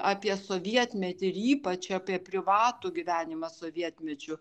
apie sovietmetį ir ypač apie privatų gyvenimą sovietmečiu